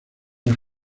las